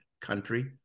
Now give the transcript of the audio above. country